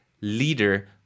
leader